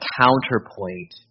counterpoint